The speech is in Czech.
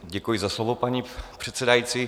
Děkuji za slovo, paní předsedající.